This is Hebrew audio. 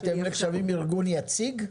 אתם נחשבים ארגון יציג?